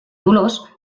dolors